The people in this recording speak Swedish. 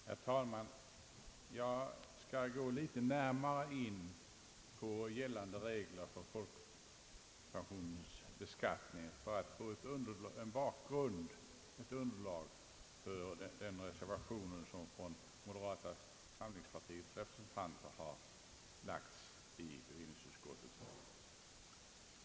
Herr talman! Jag skall gå litet närmare in på gällande regler för folkpensionens beskattning för att få en bakgrund till den reservation som moderata samlingspartiets representanter har fogat till bevillingsutskottets betänkande.